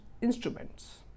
instruments